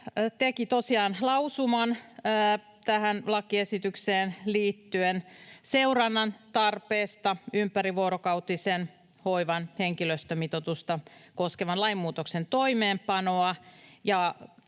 tosiaan lausuman tähän lakiesitykseen liittyen tarpeesta seurata ympärivuorokautisen hoivan henkilöstömitoitusta koskevan lainmuutoksen toimeenpanoa